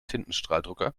tintenstrahldrucker